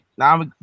Now